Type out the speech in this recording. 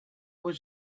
was